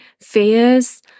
fears